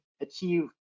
achieve